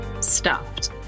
stuffed